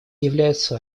является